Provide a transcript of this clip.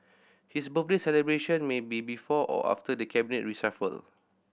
his birthday celebration may be before or after the Cabinet reshuffle